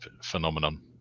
phenomenon